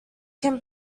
can